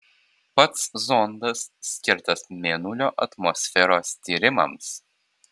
pats zondas skirtas mėnulio atmosferos tyrimams